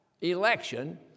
election